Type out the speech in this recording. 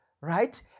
right